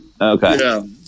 Okay